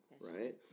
Right